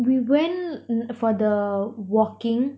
we went um for the walking